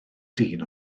dyn